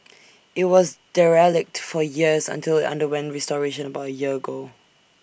IT was derelict for years until IT underwent restoration about A year ago